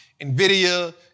NVIDIA